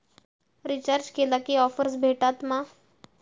Recharge केला की offers भेटात मा?